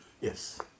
Yes